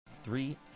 Three